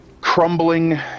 crumbling